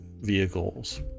vehicles